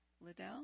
Liddell